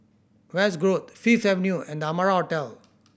West Grove Fifth Avenue and The Amara Hotel